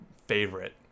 favorite